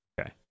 okay